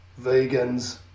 vegans